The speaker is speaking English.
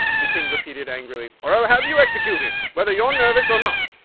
the king repeated angrily, or i'll have you executed, whether you're nervous or not.